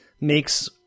Makes